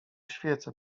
świecę